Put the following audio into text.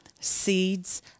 seeds